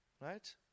Right